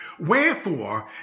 Wherefore